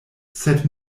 sed